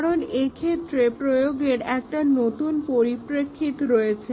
কারণ এক্ষেত্রে প্রয়োগের একটা নতুন পরিপ্রেক্ষিত রয়েছে